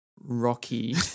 rocky